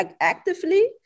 actively